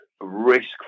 risk